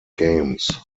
games